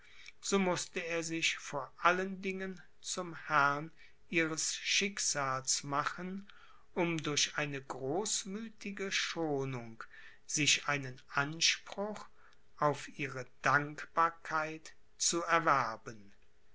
so mußte er sich vor allen dingen zum herrn ihres schicksals machen um durch eine großmüthige schonung sich einen anspruch auf ihre dankbarkeit zu erwerben